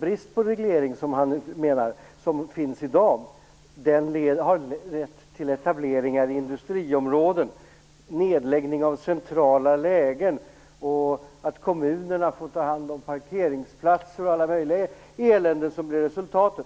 brist på reglering som råder i dag har lett till etableringar i industriområden, nedläggningar i centrala lägen och till att kommunerna får bekosta parkeringsplatser och allt möjligt elände som blir resultatet.